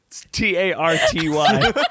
T-A-R-T-Y